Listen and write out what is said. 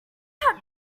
how